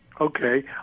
Okay